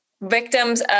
victims